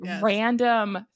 random